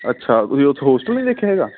ਅੱਛਾ ਤੁਸੀਂ ਉੱਥੋਂ ਹੋਸਟਲ ਨਹੀਂ ਦੇਖਿਆ ਹੈਗਾ